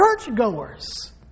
churchgoers